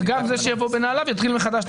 וגם זה שיבוא בנעליו יתחיל מחדש את